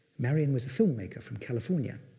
marion was a filmmaker from california,